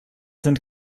sind